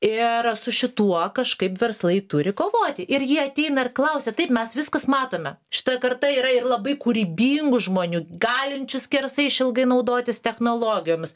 ir su šituo kažkaip verslai turi kovoti ir jie ateina ir klausia taip mes viskas matome šita karta yra ir labai kūrybingų žmonių galinčių skersai išilgai naudotis technologijomis